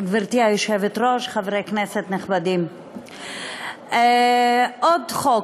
גברתי היושבת-ראש, חברי כנסת נכבדים, עוד חוק,